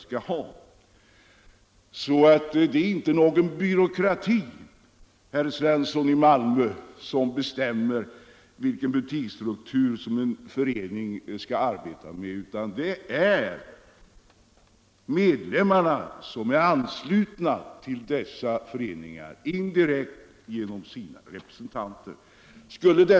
Det är alltså inte någon byråkrati, herr Svensson, som bestämmer vilken butiksstruktur som en förening skall ha, utan det är medlemmarna i dessa föreningar som indirekt genom sina representanter fattar beslut.